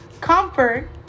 comfort